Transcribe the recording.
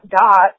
dot